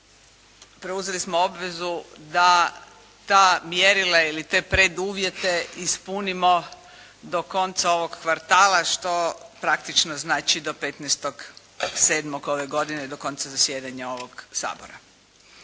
preuzeli smo obvezu da ta mjerila ili te preduvjete ispunimo do konca ovog kvartala, što praktično znači do 15. 7. ove godine, do konca zasjedanja ovoga Sabora.